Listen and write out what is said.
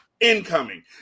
Incoming